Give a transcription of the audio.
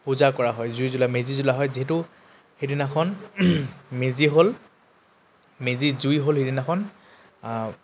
পূজা কৰা হয় জুই জ্বলা মেজি জ্বলা হয় যিহেতু সেইদিনাখন মেজি হ'ল মেজি জুই হ'ল সেইদিনাখন